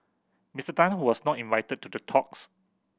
Mister Tan who was not invited to the talks